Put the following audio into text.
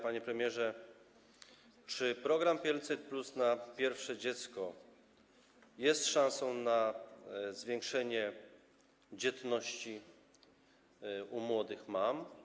Panie premierze, czy program 500+ na pierwsze dziecko jest szansą na zwiększenie dzietności młodych mam?